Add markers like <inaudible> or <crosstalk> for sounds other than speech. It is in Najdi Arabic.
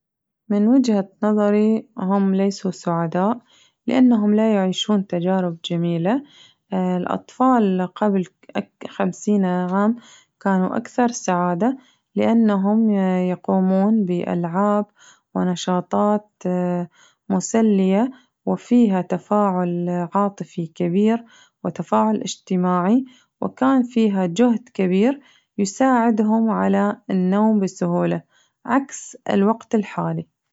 من وجهة نظري هم ليسوا سعداء لأنهم لا يعيشون تجارب جميلة <hesitation> الأطفال قبل <unintelligible> خمسين عام كانوا أكثر سعادة لأنهم يقومون بألعاب ونشاطات <hesitation> مسلية وفيها تفاعل عاطفي كبير ةتفاعل اجتماعي وكان فيها جهد كبير يساعدهم على النوم بسهولة عكس الوقت الحالي.